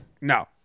No